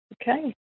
okay